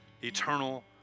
eternal